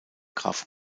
graf